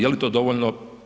Je li to dovoljno?